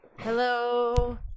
Hello